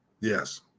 Yes